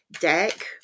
deck